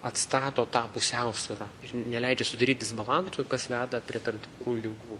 atstato tą pusiausvyrą ir neleidžia susidaryt disbalansui kas veda prie tam tikrų ligų